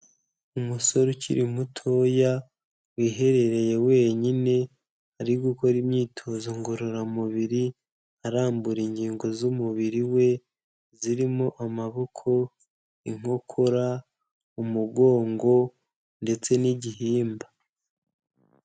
Umusore ukiri mutoya wiherereye wenyine ari gukora imyitozo ngororamubiri arambura ingingo z'umubiri we zirimo amaboko inkokora umugongo ndetse n'igihimba.